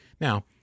Now